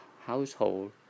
household